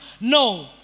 no